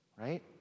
Right